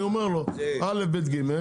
אני אומר לו א' ב' ג',